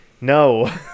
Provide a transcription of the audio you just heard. No